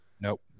nope